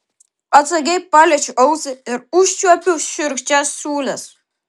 atsargiai paliečiu ausį ir užčiuopiu šiurkščias siūles